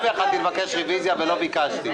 גם אני יכולתי לבקש רביזיה ולא ביקשתי.